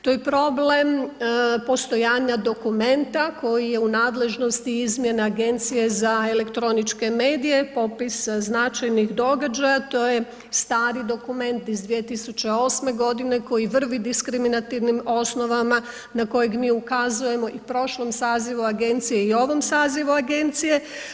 To je problem postojanja dokumenta koji je u nadležnosti izmjena Agencije za elektroničke medije, popis značajnih događaja, to je stari dokument iz 2008. koji vrvi diskriminativnim osnovama na kojeg mi ukazujemo i u prošlom sazivu agencije i ovom sazivu agencije.